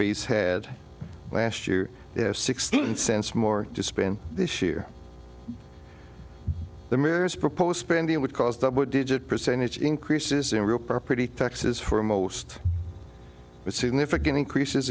base had last year they have sixteen cents more to spend this year the mare's proposed spending would cause double digit percentage increases in real property taxes for the most significant increases